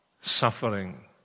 suffering